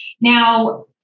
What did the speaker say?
Now